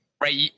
right